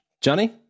Johnny